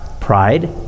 Pride